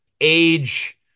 age